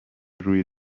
روی